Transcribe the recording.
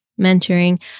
mentoring